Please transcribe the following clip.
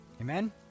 Amen